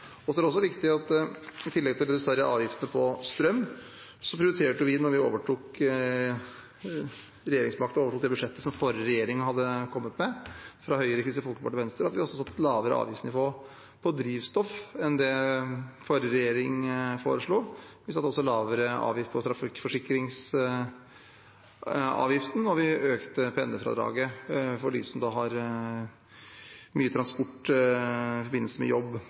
I tillegg til å redusere avgiftene på strøm, prioriterte vi da vi overtok regjeringsmakta og det budsjettet som forrige regjering, Høyre, Kristelig Folkeparti og Venstre, hadde kommet med, at vi også satte lavere avgiftsnivå på drivstoff enn det forrige regjering foreslo. Vi satte også lavere avgift på trafikkforsikring, og vi økte pendlerfradraget for dem som har mye transport i forbindelse med jobb.